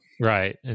Right